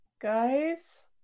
Guys